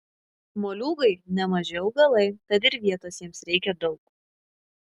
moliūgai nemaži augalai tad ir vietos jiems reikia daug